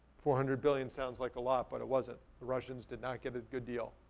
four hundred billion sounds like a lot, but it wasn't. the russians did not get a good deal.